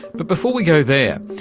but before we go there,